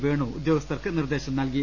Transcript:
വേണു ഉദ്യോഗസ്ഥർക്ക് നിർദ്ദേശം നൽകി